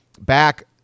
back